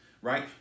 Right